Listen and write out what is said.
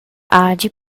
hagi